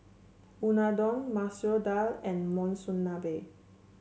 Unadon Masoor Dal and Monsunabe